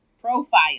Profile